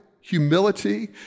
humility